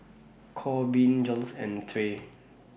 Corbin Jiles and Trae